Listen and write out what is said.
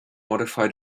modify